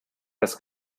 das